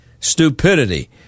stupidity